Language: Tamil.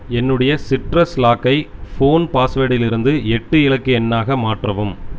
என்னுடைய சிட்ரஸ் லாக்கை ஃபோன் பாஸ்வேடிலிருந்து எட்டு இலக்கு எண்ணாக மாற்றவும்